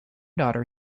daughter